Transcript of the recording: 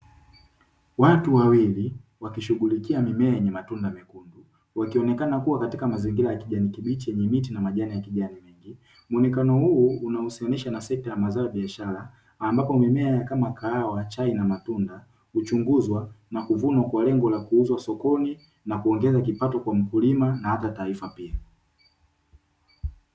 Watu wawili, wakishughulikia mimea yenye matunda mekundu wakionekana kuwa katika mazingira ya kijani kibichi yenye miti na majani ya kijani mingi, mwonekano huu unahusisha na sekta ya mazao ya biashara ambapo mimea kama kahawa chai na matunda kuchunguzwa na kuvunwa kwa lengo la kuuzwa sokoni na kuongeza kipato kwa mkulima na hata taifa pia.